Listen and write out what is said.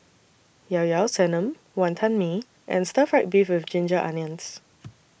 Llao Llao Sanum Wantan Mee and Stir Fried Beef with Ginger Onions